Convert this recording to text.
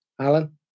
Alan